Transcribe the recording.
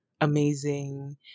amazing